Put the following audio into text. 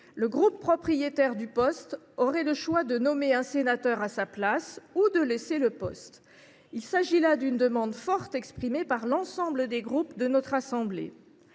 Le groupe « propriétaire » du poste aurait le choix de nommer un sénateur à sa place ou de laisser le poste. Il s’agit là d’une demande forte qui a été exprimée par l’ensemble des groupes de notre assemblée.